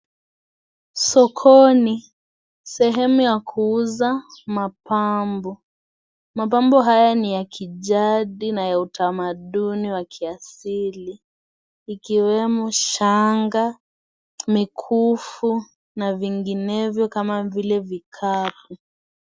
Sokoni sehemu ya kuuza mapambo, mapambo haya niya kijadi na ya utamadhuni wakiasili ikiwemo shanga mikufu na vinginevyo kama vile vikabu.